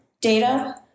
data